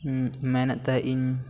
ᱢᱮᱱᱮᱫ ᱛᱟᱦᱮᱸᱜ ᱤᱧ